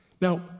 Now